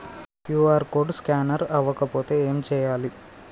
QR code scanner అవ్వకపోతే ఏం చేయాలి?